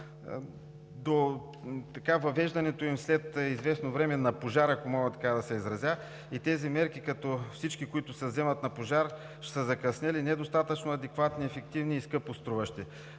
въвеждането им след известно време, на пожар – ако мога така да се изразя, и тези мерки като всички тези мерки, взети на пожар, ще са закъснели, недостатъчно адекватни и ефективни и скъпоструващи.